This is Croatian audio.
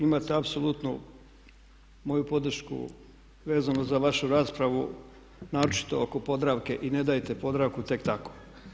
Imate apsolutnu moju podršku vezano za vašu raspravu naročito oko Podravke i ne dajte Podravku tek tako.